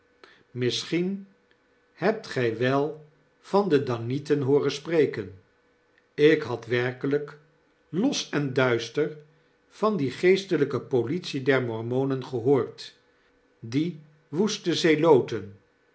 misschien hebt gij wel van dannieten hooren spreken ik had werkelyk los en duister van die geestelpe politie der mormonen gehoord die woeste zeloten